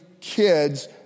kids